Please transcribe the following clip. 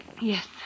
Yes